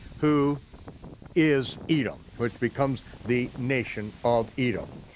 who is edom, which becomes the nation of edom.